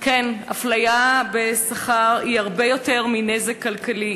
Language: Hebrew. כן, אפליה בשכר היא הרבה יותר מנזק כלכלי.